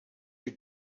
you